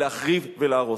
ולהחריב ולהרוס.